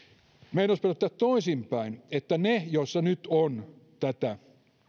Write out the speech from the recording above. meidän olisi pitänyt toisinpäin niin että ne joissa nyt on tätä